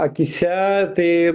akyse tai